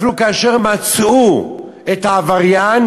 אפילו כאשר מצאו את העבריין,